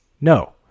no